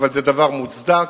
אבל זה דבר מוצדק,